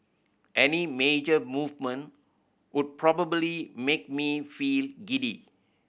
any major movement would probably make me feel giddy